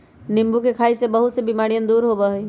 नींबू के खाई से बहुत से बीमारियन दूर होबा हई